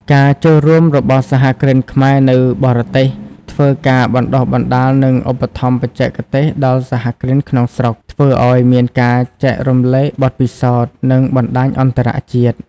ការចូលរួមរបស់សហគ្រិនខ្មែរនៅបរទេស ធ្វើការបណ្តុះបណ្តាលនិងឧបត្ថម្ភបច្ចេកទេសដល់សហគ្រិនក្នុងស្រុក ធ្វើឱ្យមានការចែករំលែកបទពិសោធន៍ និងបណ្ដាញអន្តរជាតិ។